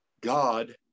God